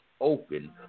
open